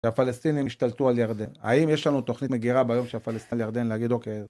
שהפלסטינים ישתלטו על ירדן. האם יש לנו תוכנית מגירה ביום שהפלסטינים ירדן, להגיד אוקיי.